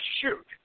shoot